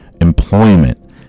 employment